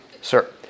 Sir